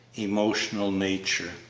emotional nature,